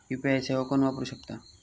UPI सेवा कोण वापरू शकता?